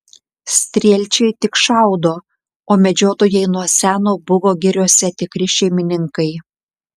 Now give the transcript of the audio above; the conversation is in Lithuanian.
strielčiai tik šaudo o medžiotojai nuo seno buvo giriose tikri šeimininkai